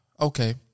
Okay